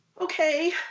Okay